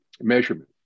measurement